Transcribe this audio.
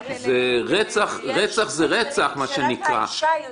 רצח זה רצח זה רצח כמו שאומרים.